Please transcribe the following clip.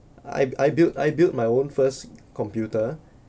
I I built I built my own first computer